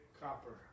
copper